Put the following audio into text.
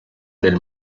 del